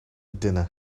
dinner